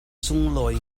sunglawi